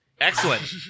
Excellent